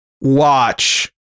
watch